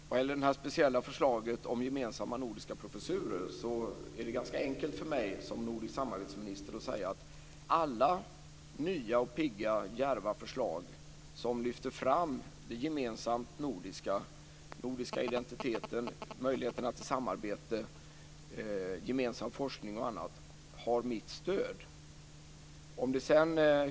Vad gäller det speciella förslaget om gemensamma nordiska professurer är det ganska enkelt för mig som minister för nordiskt samarbete att säga att alla nya, pigga och djärva förslag som lyfter fram det gemensamt nordiska - den nordiska identiteten, möjligheterna till samarbete och gemensam forskning, t.ex. - har mitt stöd.